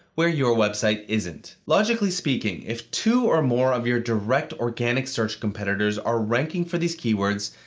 where your website isn't. logically speaking, if two or more of your direct organic search competitors are ranking for these keywords,